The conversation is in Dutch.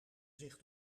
zich